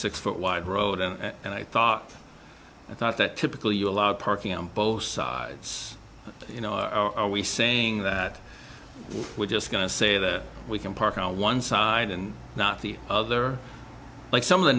six foot wide road and i thought i thought that typically you allowed parking on both sides you know are we saying that we're just going to say that we can park on one side and not the other like some of the